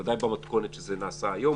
בוודאי במתכונת שזה נעשה היום,